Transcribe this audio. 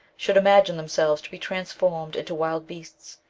should imagine themselves to be transformed into wild beasts,